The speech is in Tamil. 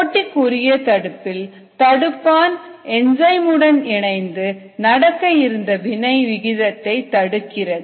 போட்டிக்குரிய தடுப்பில் தடுப்பான் என்சைம் உடன் இணைந்து நடக்க இருந்த வினை விகிதத்தை தடுக்கிறது